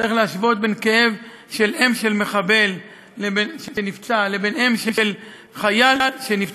צריך להשוות את הכאב של אם של מחבל שנפצע לכאב של אם של חייל שנפצע,